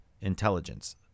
Intelligence